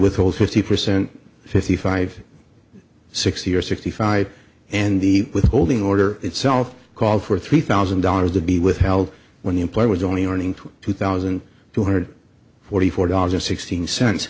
withhold fifty percent fifty five sixty or sixty five and the withholding order itself called for three thousand dollars to be withheld when the employer was only earning two thousand two hundred forty four dollars or sixteen cents